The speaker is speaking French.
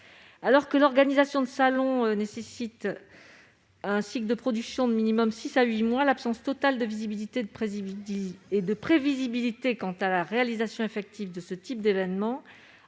Alors que la tenue de salons nécessite un cycle de production de six à huit mois minimum, l'absence totale de visibilité et de prévisibilité quant à la réalisation effective de ce type d'événements